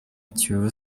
kiyovu